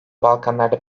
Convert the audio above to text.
balkanlarda